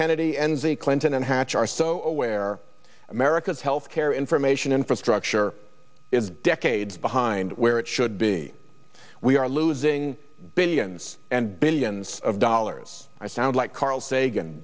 kennedy enzi clinton and hatch are so aware america's health care information infrastructure is decades behind where it should be we are losing billions and billions of dollars i sound like carl sagan